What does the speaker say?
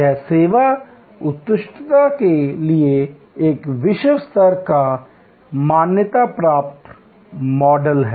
यह सेवा उत्कृष्टता के लिए एक विश्व स्तर पर मान्यता प्राप्त मॉडल है